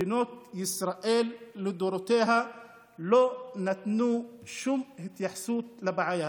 מדינת ישראל לדורותיה לא נתנה שום התייחסות לבעיה.